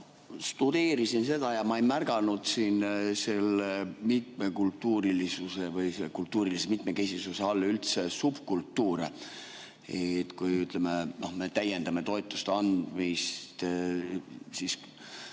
Ma studeerisin seda ja ma ei märganud seal mitmekultuurilisuse või kultuurilise mitmekesisuse all üldse subkultuure. Kui me täiendame toetuste andmist, ütleme,